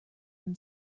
when